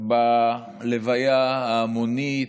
בלוויה ההמונית,